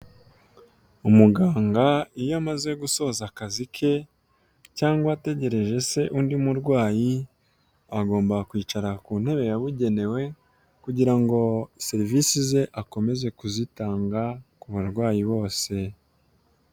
Umuganga iyo amaze gusoza akazi ke cyangwa ategereje se undi murwayi agomba kwicara ku ntebe yabugenewe kugira ngo serivisi ze akomeze kuzitanga ku barwayi bose.